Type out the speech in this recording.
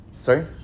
Sorry